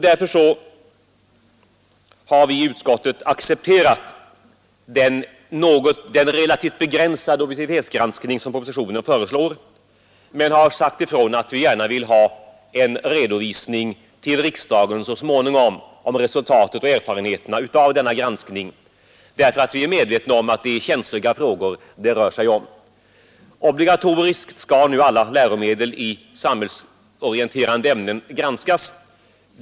Därför har vi i utskottet accepterat den relativt begränsade objektivitetsgranskning som föreslås i propositionen men har sagt ifrån att vi så småningom vill ha en redovisning av resultat och erfarenheter av denna granskning, eftersom vi är medvetna om att det är känsliga frågor det rör sig om. Obligatoriskt skall nu alla läromedel i samhällsorienterande ämnen granskas.